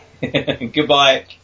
Goodbye